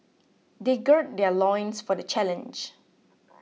they gird their loins for the challenge